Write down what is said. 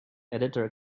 editor